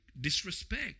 disrespect